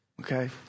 Okay